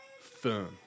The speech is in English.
firm